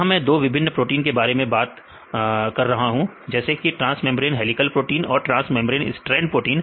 यहां में दो विभिन्न प्रोटीन के बारे में बता रहा हूं जैसे एक ट्रांस मेंब्रेन हेलिकल प्रोटीन और ट्रांस मेंब्रेन स्ट्रैंड प्रोटीन